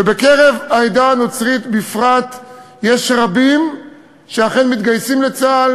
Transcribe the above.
ובקרב העדה הנוצרית בפרט יש רבים שאכן מתגייסים לצה"ל,